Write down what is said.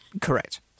Correct